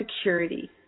security